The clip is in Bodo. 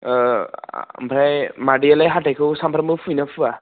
ओमफ्राय मादैयालाय हाथाइखौ सानफ्रामबो फुयो ना फुवा